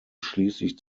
schließlich